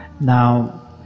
Now